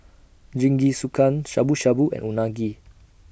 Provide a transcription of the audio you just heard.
Jingisukan Shabu Shabu and Unagi